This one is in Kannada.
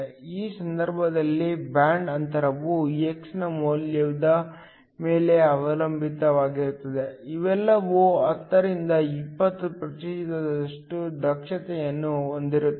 ಈ ಸಂದರ್ಭದಲ್ಲಿ ಬ್ಯಾಂಡ್ ಅಂತರವು x ನ ಮೌಲ್ಯದ ಮೇಲೆ ಅವಲಂಬಿತವಾಗಿರುತ್ತದೆ ಇವೆಲ್ಲವೂ 10 ರಿಂದ 20 ಪ್ರತಿಶತದಷ್ಟು ದಕ್ಷತೆಯನ್ನು ಹೊಂದಿರುತ್ತವೆ